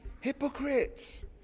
Hypocrites